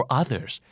others